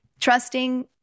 trusting